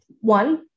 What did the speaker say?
One